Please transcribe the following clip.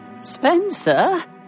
Spencer